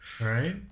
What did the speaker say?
right